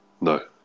No